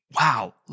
Wow